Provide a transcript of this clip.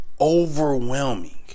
Overwhelming